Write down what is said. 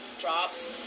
drops